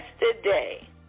yesterday